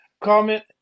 comment